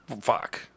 fuck